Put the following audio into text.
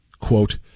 quote